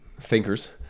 thinkers